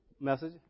message